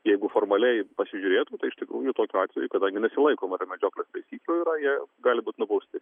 jeigu formaliai pasižiūrėtų tai iš tikrųjų tokiu atveju kadangi nesilaikoma yra medžioklės taisyklių yra jie gali būt nubausti